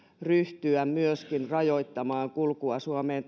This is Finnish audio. ryhtyä myöskin rajoittamaan kulkua suomeen